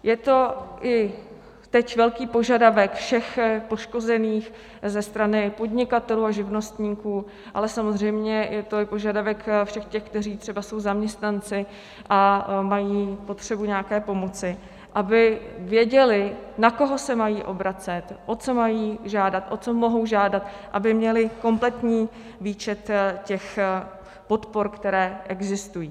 Je to i teď velký požadavek všech poškozených ze strany podnikatelů a živnostníků, ale samozřejmě je to i požadavek všech těch, kteří jsou třeba zaměstnanci a mají potřebu nějaké pomoci, aby věděli, na koho se mají obracet, o co mají žádat, o co mohou žádat, aby měli kompletní výčet těch podpor, které existují.